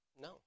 no